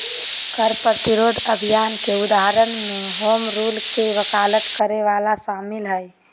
कर प्रतिरोध अभियान के उदाहरण में होम रूल के वकालत करे वला शामिल हइ